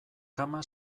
kama